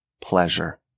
pleasure